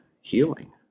healing